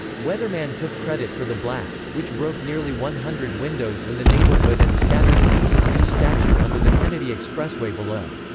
weatherman took credit for the blast, which broke nearly one hundred windows in the neighborhood and scattered pieces of the statue onto the kennedy expressway below.